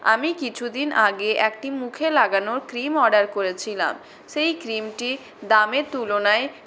আমি কিছুদিন আগে একটি মুখে লাগানোর ক্রিম অর্ডার করেছিলাম সেই ক্রিমটি দামের তুলনায়